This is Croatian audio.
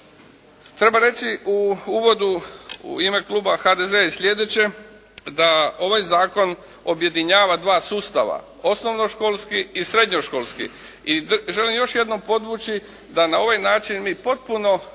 Treba reći u uvodu u ime kluba HDZ-a i slijedeće, da ovaj zakon objedinjava dva sustava, osnovnoškolski i srednjoškolski. I želim još jednom podvući da na ovaj način mi potpuno možemo